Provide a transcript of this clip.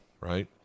right